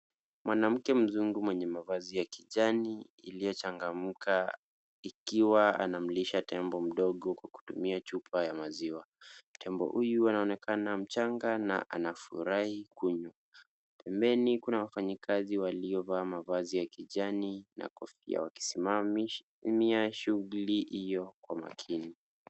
Mwanamke mzungu mwenye mavazi ya kijani iliyochangamka ikiwa anamlisha tembo mdogo kwa kutumia chupa ya maziwa. Tembo huyu anaonekana mchanga na anafurahi kunywa. Pembeni, kuna wafanyikazi waliovaa mavazi ya kijani na kofia wakisimamia shughuli hiyo kwa makini.